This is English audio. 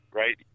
right